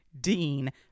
Dean